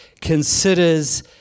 considers